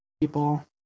people